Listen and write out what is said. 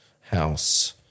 house